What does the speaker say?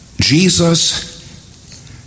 Jesus